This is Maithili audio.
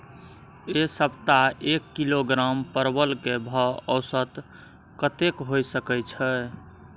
ऐ सप्ताह एक किलोग्राम परवल के भाव औसत कतेक होय सके छै?